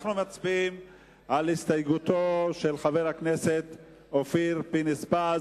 אנחנו מצביעים על הסתייגותו של חבר הכנסת אופיר פינס-פז.